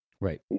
Right